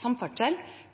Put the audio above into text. samferdsel,